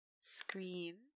Screen